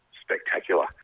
spectacular